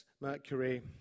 mercury